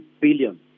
billion